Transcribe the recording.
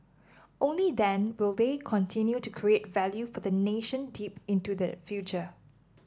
only then will they continue to create value for the nation deep into the future